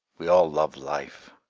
we all love life.